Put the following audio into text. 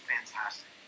fantastic